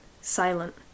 silent